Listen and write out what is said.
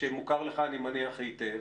שמוכר לך אני מניח היטב